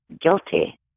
guilty